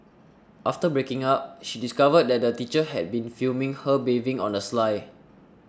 after breaking up she discovered that the teacher had been filming her bathing on the sly